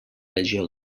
legió